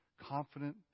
Confident